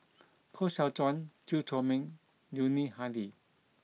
Koh Seow Chuan Chew Chor Meng Yuni Hadi